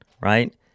Right